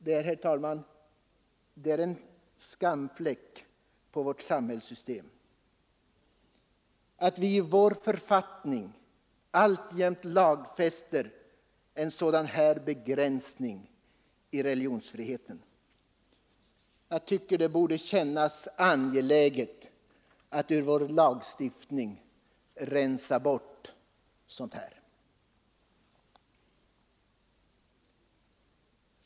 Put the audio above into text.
Det är, herr talman, en skamfläck på hela vårt samhällssystem att vi i vår författning alltjämt lagfäster en sådan begränsning av religionsfriheten! Jag tycker det borde kännas angeläget att ur vår lagstiftning rensa bort sådant.